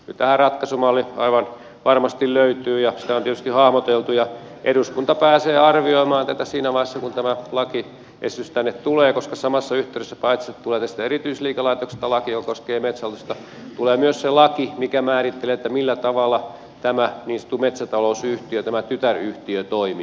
tähän ratkaisumalli aivan varmasti löytyy ja sitä on tietysti hahmoteltu ja eduskunta pääsee arvioimaan tätä siinä vaiheessa kun tämä lakiesitys tänne tulee koska samassa yhteydessä paitsi että tulee tästä erityisliikelaitoksesta laki joka koskee metsähallitusta tulee myös se laki mikä määrittelee millä tavalla tämä niin sanottu metsätalousyhtiö tämä tytäryhtiö toimii